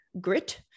grit